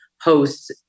hosts